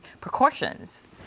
precautions